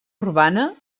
urbana